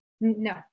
No